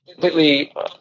completely